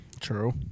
true